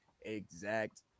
exact